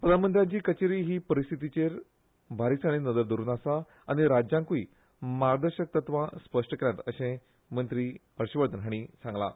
प्रधानमंत्र्यांची कचेरी हे परिस्थितीचेर बारीकसाणेन नदर दवरून आसा आनी राज्यांकूय मार्गदर्शकतत्वां स्पश्ट केल्यांत अशेंय मंत्री हर्षवर्धन हांणी सांगलें